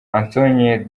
antonio